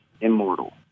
immortal